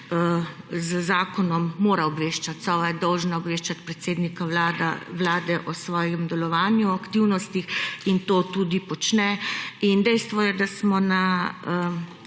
z zakonom mora obveščati. Sova je dolžna obveščati predsednika Vlade o svojem delovanju, aktivnostih in to tudi počne. Dejstvo je, da smo na